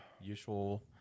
usual